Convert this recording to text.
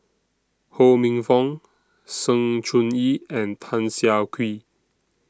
Ho Minfong Sng Choon Yee and Tan Siah Kwee